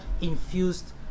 infused